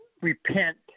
repent